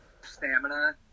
stamina